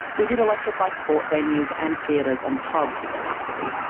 we did electrify sport venues, and theatres and pubs with alacrity.